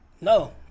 no